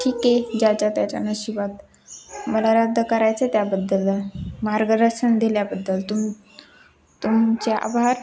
ठीके ज्याच्या त्याच्या नशीबात मला रद्द करायचं आहे त्याबद्दल मार्गदर्शन दिल्याबद्दल तुम तुमचे आभार